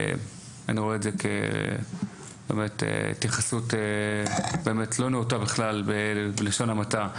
אני רואה את זה כהתייחסות באמת לא נאותה בכלל בלשון המעטה,